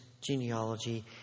genealogy